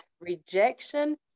Rejection